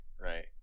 right